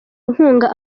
inkunga